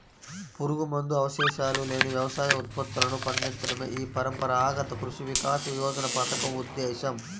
పురుగుమందు అవశేషాలు లేని వ్యవసాయ ఉత్పత్తులను పండించడమే ఈ పరంపరాగత కృషి వికాస యోజన పథకం ఉద్దేశ్యం